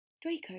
Draco